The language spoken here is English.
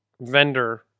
vendor